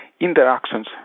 interactions